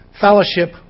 fellowship